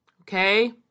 Okay